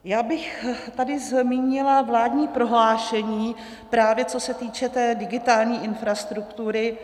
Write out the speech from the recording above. Já bych tady zmínila vládní prohlášení, právě co se týče té digitální infrastruktury.